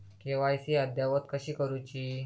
KYC अद्ययावत कशी करुची?